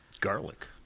garlic